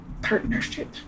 partnership